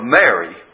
Mary